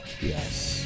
Yes